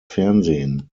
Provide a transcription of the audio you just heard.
fernsehen